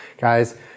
Guys